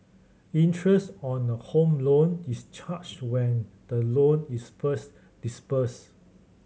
interest on a Home Loan is charged when the loan is first disbursed